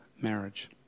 marriage